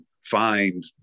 find